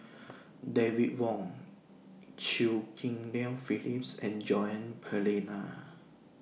David Wong Chew Ghim Lian Phyllis and Joan Pereira